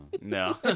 No